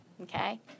Okay